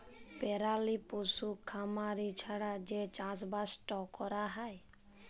পেরালি পশু খামারি ছাড়া যে চাষবাসট ক্যরা হ্যয়